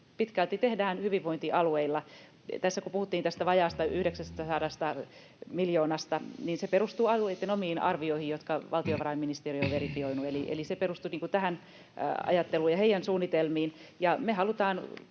pitkälti tehdään hyvinvointialueilla. Tässä kun puhuttiin tästä vajaasta 900 miljoonasta, niin se perustuu alueitten omiin arvioihin, jotka valtiovarainministeriö on verifioinut. [Antti Kurvisen välihuuto] Eli se perustuu tähän ajatteluun ja heidän suunnitelmiinsa. Ja me halutaan